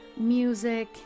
music